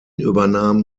übernahm